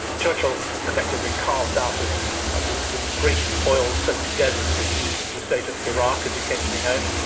churchill effectively carved out of of the the great oil-soaked deserts of the east, the state of iraq, as it came to be known.